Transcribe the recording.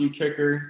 kicker